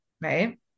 right